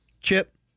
Chip